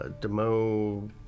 Demo